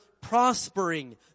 prospering